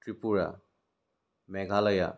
Tripura Meghalaya